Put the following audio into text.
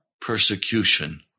persecution